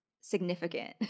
significant